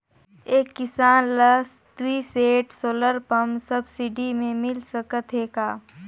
एक किसान ल दुई सेट सोलर पम्प सब्सिडी मे मिल सकत हे का?